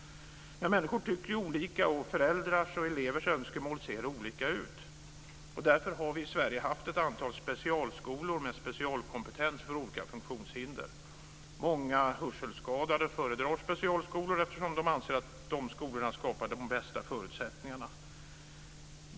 Men människor tycker olika. Föräldrars och elevers önskemål ser olika ut. Därför har vi i Sverige haft ett antal specialskolor med specialkompetens för olika funktionshinder. Många hörselskadade föredrar specialskolor eftersom de anser att de skolorna skapar de bästa förutsättningarna.